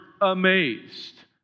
amazed